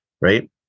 right